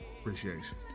appreciation